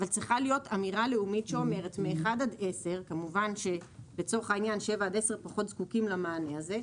אבל צריכה להיות אמירה לאומית שאומרת מ-1 עד 10.. כמובן שלצורך העניין 7 עד 10 פחות זקוקים למענה הזה.